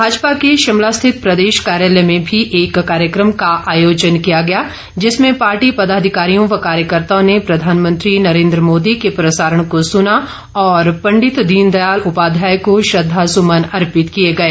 भाजपा के शिमला स्थित प्रदेश कार्यालय में भी एक कार्यक्रम का आयोजन भी किया गया जिसमें पार्टी पदाधिकारियों व कार्यकर्ताओं ने प्रधानमंत्री नरेंद्र मोदी के प्रसारण को सुना और पंडित दीनदयाल उपाध्याय को श्रद्वासुमन अर्पित किए गए